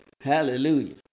Hallelujah